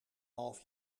half